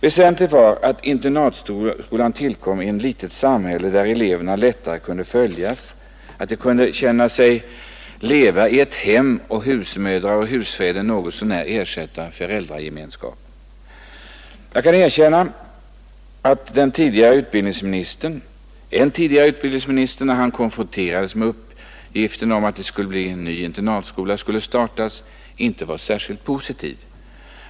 Väsentligt var att internatskolan tillkom i ett litet samhälle, där eleverna lättare kunde följas, och att de kunde känna sig leva i ett hem där husmödrar och husfäder något så när ersatte föräldragemenskapen. Jag kan erkänna att en tidigare utbildningsminister inte var särskilt positiv när han konfronterades med uppgiften om att en ny internatskola skulle starta.